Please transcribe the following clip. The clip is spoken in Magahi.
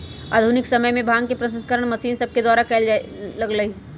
आधुनिक समय में भांग के प्रसंस्करण मशीन सभके द्वारा कएल जाय लगलइ